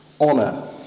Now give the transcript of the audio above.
honor